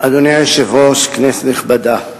אדוני היושב-ראש, כנסת נכבדה,